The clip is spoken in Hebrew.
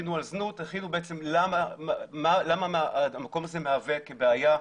למה המקום הזה מהווה כבעיה,